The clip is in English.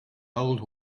old